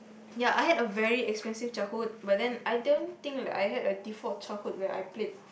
ya I had a very expensive childhood but then I don't think that I have a default childhood where I played